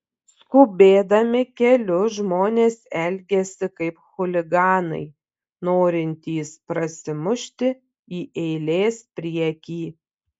skubėdami keliu žmonės elgiasi kaip chuliganai norintys prasimušti į eilės priekį